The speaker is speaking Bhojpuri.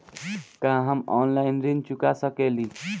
का हम ऑनलाइन ऋण चुका सके ली?